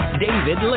David